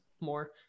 more